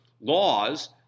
laws